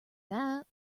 that